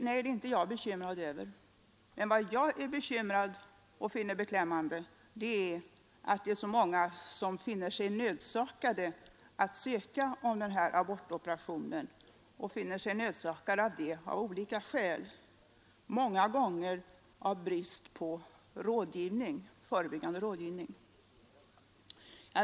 Nej, det är inte jag bekymrad över, men det jag anser vara beklämmande är att det är så många som finner sig nödsakade att ansöka om abortoperation av olika skäl, många gånger av brist på förebyggande rådgivning.